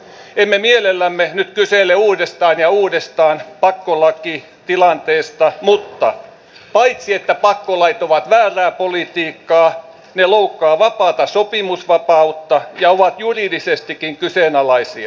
emme mielellämme nyt kysele uudestaan ja uudestaan pakkolakitilanteesta mutta paitsi että pakkolait ovat väärää politiikkaa ne loukkaavat vapaata sopimusvapautta ja ovat juridisestikin kyseenalaisia